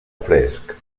fresc